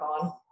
on